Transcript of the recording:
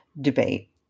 debate